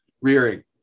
rearing